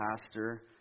pastor